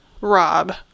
rob